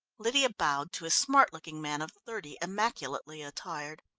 lydia bowed to a smart looking man of thirty, immaculately attired.